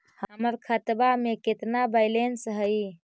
हमर खतबा में केतना बैलेंस हई?